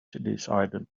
decided